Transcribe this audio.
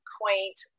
quaint